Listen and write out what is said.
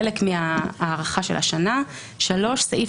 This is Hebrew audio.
בסעיף